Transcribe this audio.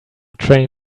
train